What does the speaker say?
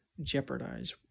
jeopardize